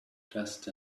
dressed